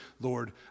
Lord